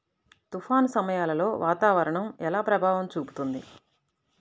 తుఫాను సమయాలలో వాతావరణం ఎలా ప్రభావం చూపుతుంది?